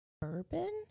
bourbon